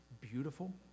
beautiful